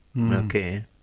Okay